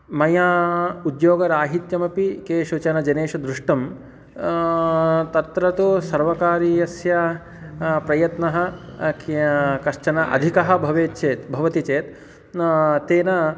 मया उद्योगराहित्यमपि केषुचन जनेषु दृष्टं तत्र तु सर्वकारीयस्य प्रयत्नः कि कश्चनः अधिकः भवेत् चेत् भवति चेत् तेन